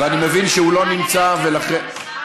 ואני מבין שהוא לא נמצא, ולכן,